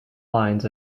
lines